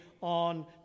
on